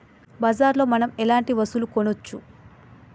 బజార్ లో మనం ఎలాంటి వస్తువులు కొనచ్చు?